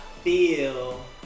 feel